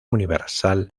universal